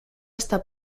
estar